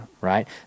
right